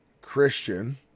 Christian